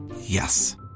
Yes